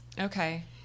Okay